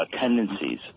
tendencies